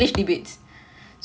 okay